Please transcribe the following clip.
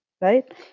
right